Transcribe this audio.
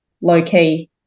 low-key